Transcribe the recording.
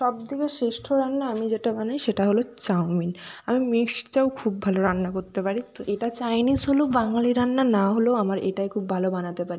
সব থেকে শ্রেষ্ঠ রান্না আমি যেটা বানাই সেটা হলো চাউমিন আমি মিক্সড চাউ খুব ভালো রান্না করতে পারি তো এটা চাইনিস হলেও বাঙালি রান্না না হলেও আমার এটাই খুব ভালো বানাতে পারি